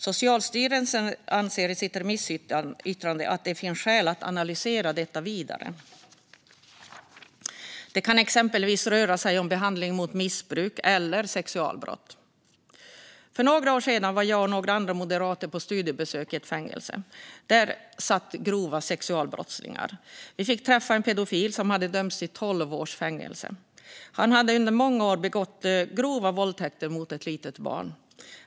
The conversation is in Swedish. Socialstyrelsen anser i sitt remissyttrande att det finns skäl att analysera detta vidare. Det kan exempelvis röra sig om behandling mot missbruk och sexualbrott. För några år sedan var jag och några andra moderater på studiebesök i ett fängelse. Där satt grova sexualbrottslingar. Vi fick träffa en pedofil som hade dömts till tolv års fängelse. Han hade under många år begått grova våldtäkter mot ett litet barn.